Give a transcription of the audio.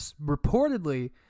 reportedly